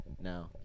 Now